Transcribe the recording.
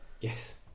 Yes